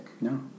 No